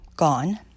gone